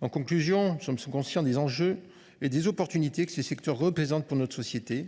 En conclusion, conscient des enjeux et des opportunités que ces secteurs emportent pour notre société,